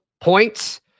points